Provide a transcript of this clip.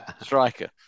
striker